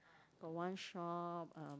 got one shop uh